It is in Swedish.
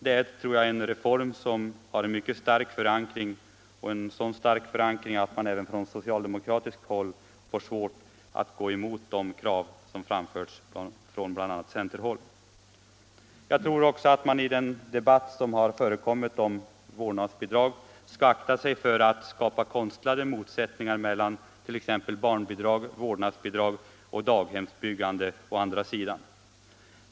Det är, tror jag, en reform som har en så stark förankring att även socialdemokraterna får svårt att gå emot de krav som framförts bl.a. från centerhåll. Jag tror också att man i den debatt som har förekommit om vårdnadsbidrag skall akta sig för att skapa konstlade motsättningar mellan t.ex. barnbidrag, vårdnadsbidrag och daghemsbyggande.